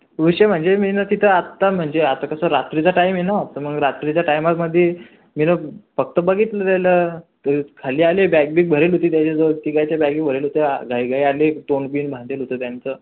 विषय म्हणजे मी ना तिथं आता म्हणजे आता कसं रात्रीचा टाईम आहे ना तर मग रात्रीच्या टाईमामध्ये मी ना फक्त बघितलेलं ते खाली आले बॅग बिग भरेल होती त्याच्याजवळ तिघांच्या बॅग भरलेल्या होत्या घाई घाई आले तोंडबिंड बांधलेलं होतं त्यांचं